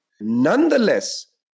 Nonetheless